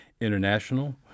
International